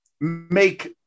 make